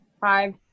five